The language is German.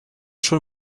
schon